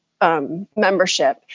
Membership